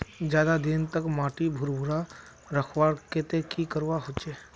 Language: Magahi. ज्यादा दिन तक माटी भुर्भुरा रखवार केते की करवा होचए?